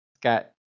got